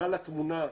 רשות האכיפה והגבייה?